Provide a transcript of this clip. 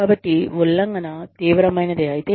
కాబట్టి ఉల్లంఘన తీవ్రమైనది ఐతే